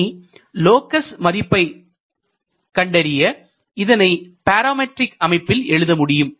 இனி லோக்கஸ் மதிப்பை கண்டறிய இதனை பராமெட்ரிக் அமைப்பில் எழுத முடியும்